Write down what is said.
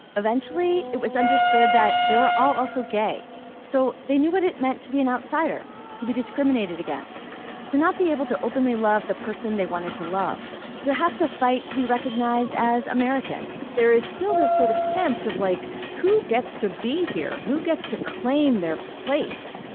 eventually it was understood that there were all also gay so they knew what it meant to be an outsider could be discriminated against to not be able to openly love the person they wanted to love to have to fight to be recognized as american there is still this sort of sense of like who gets to be here who gets to claim their place.